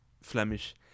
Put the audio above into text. Flemish